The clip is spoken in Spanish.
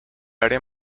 área